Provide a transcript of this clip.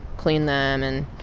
clean them and,